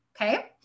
okay